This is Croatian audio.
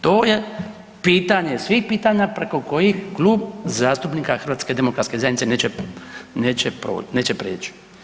To je pitanje svih pitanja preko kojeg Klub zastupnika HDZ-a neće prijeći.